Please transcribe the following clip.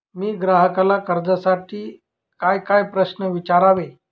मी ग्राहकाला कर्जासाठी कायकाय प्रश्न विचारावे?